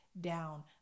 down